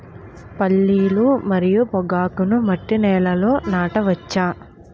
పల్లీలు మరియు పొగాకును మట్టి నేలల్లో నాట వచ్చా?